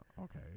Okay